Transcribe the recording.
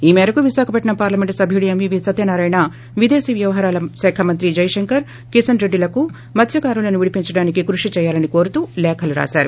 ఈ మేరకు విశాఖపట్సం పార్లమెంట్ సభ్యుడు ఎంవీవీ సత్యనారాయణ విదేశీ వ్యవహారాల శాఖ మంత్రి జై శంకర్ కిషన్ రెడ్డిలకు మత్స్కారులను విడిపించడానికి కృషి చేయాలని కోరుతూ లేఖలు రాశారు